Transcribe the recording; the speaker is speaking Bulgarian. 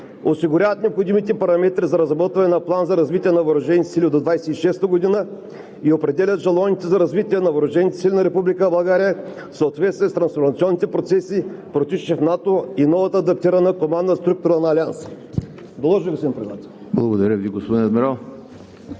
осигуряват необходимите параметри за разработване на План за развитие на въоръжените сили до 2026 г. и определят жалоните за развитие на въоръжените сили на Република България в съответствие с трансформационните процеси, протичащи в НАТО и новата адаптирана командна структура на Алианса. Доложих, господин